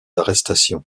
arrestations